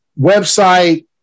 website